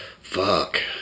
Fuck